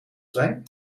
zijn